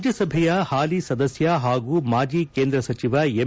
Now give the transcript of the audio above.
ರಾಜ್ಞಸಭೆಯ ಹಾಲಿ ಸದಸ್ನ ಹಾಗೂ ಮಾಜಿ ಕೇಂದ್ರ ಸಚಿವ ಎಂ